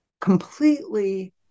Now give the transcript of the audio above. completely